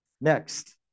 Next